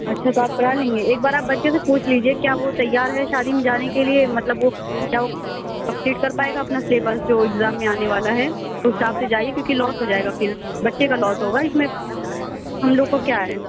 اچھا تو آپ کرا لیں گے ایک بار آپ بچے سے پوچھ لیجیے کیا وہ تیار ہے شادی میں جانے کے لیے مطلب وہ کیا وہ کمپلیٹ کر پائے گا اپنا سلیبس جو ایگزام میں آنے والا ہے اُس حساب سے جائیے کیوں کہ لاس ہو جائے گا پھر بچے کا لاس ہوگا اِس میں ہم لوگو کو کیا ہے